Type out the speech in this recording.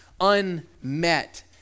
unmet